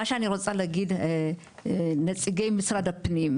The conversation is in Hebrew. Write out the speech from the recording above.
מה שאני רוצה להגיד לנציגי משרד הפנים,